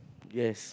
yes